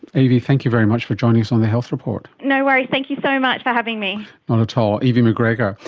evie, thank you very much for joining us on the health report. no worries, thank you so much for having me. not at all. evie mcgregor.